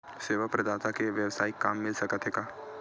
सेवा प्रदाता के वेवसायिक काम मिल सकत हे का?